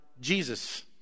Jesus